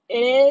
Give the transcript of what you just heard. mm